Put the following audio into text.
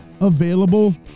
available